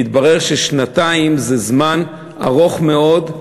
מתברר ששנתיים זה זמן ארוך מאוד,